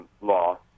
law